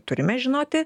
turime žinoti